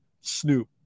Snoop